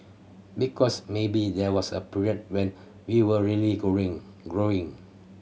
because maybe there was a period when we were really growing